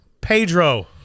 Pedro